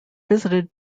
visited